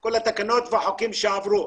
כל התקנות והחוקים שעברו,